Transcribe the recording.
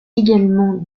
également